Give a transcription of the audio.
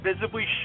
visibly